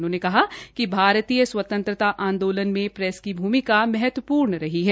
उन्होंने कहा कि भारतीय स्वतंत्रता आंदोलन में प्रैस की भूमिक महत्वपूर्ण रही है